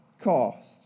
cost